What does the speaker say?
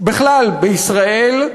בכלל בישראל,